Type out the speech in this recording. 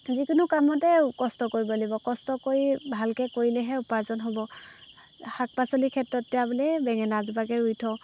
যিকোনো কামতে কষ্ট কৰিব লাগিব কষ্ট কৰি ভালকৈ কৰিলেহে উপাৰ্জন হ'ব শাক পাচলিৰ ক্ষেত্ৰত এতিয়া বোলে এই বেঙেনা এজোপাকে ৰুই থওঁ